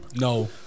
No